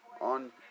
on